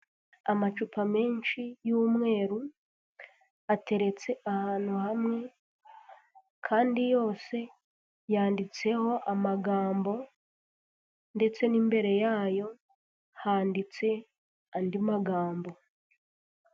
Amacupa menshi y'umweru ateretse ahantu hamwe kandi yose yanditseho amagambo ndetse n' imbere yayo handitse andi magambo.